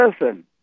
listen